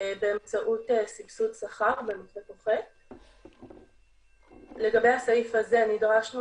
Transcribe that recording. באמצעות סבסוד שכר --- לגבי הסעיף הזה נדרשנו